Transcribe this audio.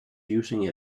using